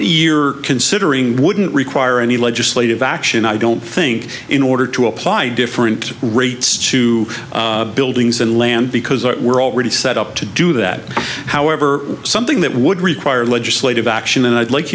you're considering wouldn't require any legislative action i don't think in order to apply different rates to buildings and land because our we're already set up to do that however something that would require legislative action and i'd like